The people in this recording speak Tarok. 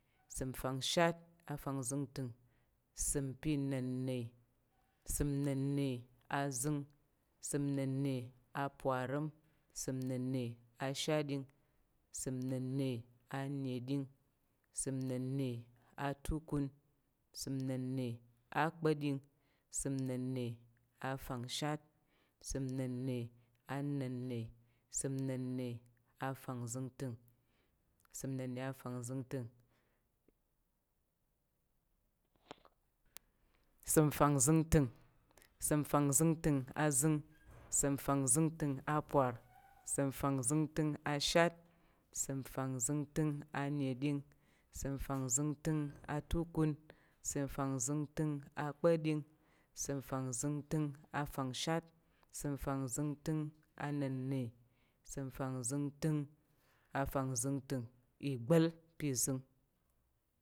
Ìsəm fanshat afangzingting, ìsəm pa̱ nənne, ìsəm nenne azəng, ìsəm nenne aparəm, ìsəm nenne ashatɗing, ìsəm nenne aneɗing, ìsəm nenne atukun, ìsəm nenne akpa̱ɗing, ìsəm nenne afanshat, ìsəm nenne anenne, ìsəm nenne afangzingting, ìsəm nenne afangzingting, ìsəm fangzingting, ìsəm fangzəngtəng azəng, ìsəm fangzəngtəng apar, ìsəm fangzəngtəng ashat, ìsəm fangzəngtəng aneɗing, ìsəm fangzəngtəng atukun, ìsəm fangzəngtəng akpa̱ɗing, ìsəm fangzəngtəng afangshat, ìsəm fangzəngtəng anenne, ìsəm fangzəngtəng afangzəngtəng, igbal pa̱ zəng.